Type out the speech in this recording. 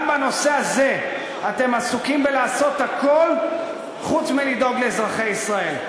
גם בנושא הזה אתם עסוקים בלעשות הכול חוץ מלדאוג לאזרחי ישראל.